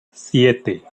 siete